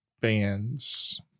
bands